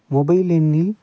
mobile எண்ணில்